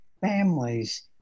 families